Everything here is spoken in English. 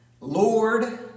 Lord